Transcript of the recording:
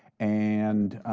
and